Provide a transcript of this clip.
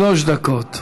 שלוש דקות.